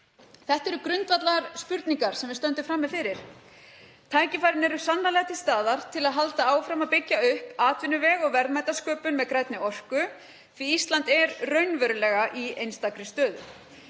Þetta eru grundvallarspurningar sem við stöndum frammi fyrir. Tækifærin eru sannarlega til staðar til að halda áfram að byggja upp atvinnuveg og verðmætasköpun með grænni orku því að Ísland er raunverulega í einstakri stöðu.